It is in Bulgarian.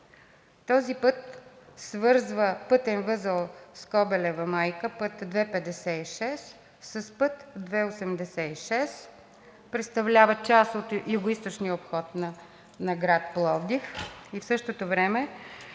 Този път свързва пътен възел „Скобелева майка“ – път II-56 с път II-86. Представлява част от югоизточния обход на град Пловдив и в същото време